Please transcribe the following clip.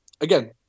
again